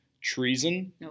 treason